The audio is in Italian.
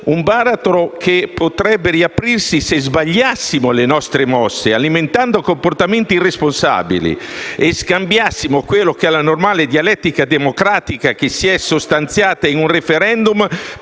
Un baratro che potrebbe riaprirsi se sbagliassimo le nostre mosse, alimentando comportamenti irresponsabili, e scambiassimo la normale dialettica democratica, che si è sostanziata in un *referendum*,